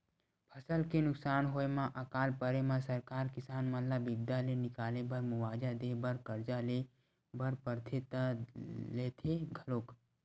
फसल के नुकसान होय म अकाल परे म सरकार किसान मन ल बिपदा ले निकाले बर मुवाजा देय बर करजा ले बर परथे त लेथे घलोक